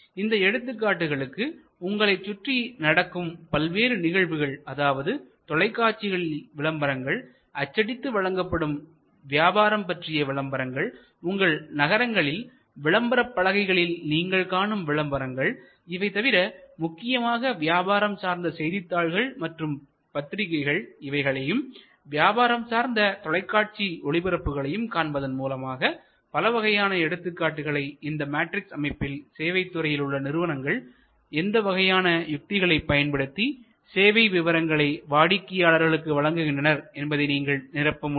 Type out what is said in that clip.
இந்த எடுத்துக்காட்டுகளுக்கு உங்களைச் சுற்றி நடக்கும் பல்வேறு நிகழ்வுகள் அதாவது தொலைக்காட்சிகளில் விளம்பரங்கள் அச்சடித்து வழங்கப்படும் வியாபாரம் பற்றிய விளம்பரங்கள் உங்கள் நகரங்களில் விளம்பரப் பலகைகளில் நீங்கள் காணும் விளம்பரங்கள் இவை தவிர முக்கியமாக வியாபாரம் சார்ந்த செய்தித்தாள்கள் மற்றும் பத்திரிக்கைகள் இவைகளையும் வியாபாரம் சார்ந்த தொலைக்காட்சி ஒளிபரப்புகளையும் காண்பதன் மூலம் பலவகையான எடுத்துக்காட்டுகளை இந்த மேட்ரிக்ஸ் அமைப்பில் சேவைத் துறையில் உள்ள நிறுவனங்கள் எந்த வகையான யுக்திகளை பயன்படுத்தி சேவை விவரங்களை வாடிக்கையாளர்களுக்கு வழங்குகின்றனர் என்பதை நீங்கள் நிரப்ப முடியும்